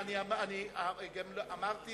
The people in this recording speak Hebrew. אמרתי